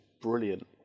brilliant